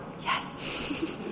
Yes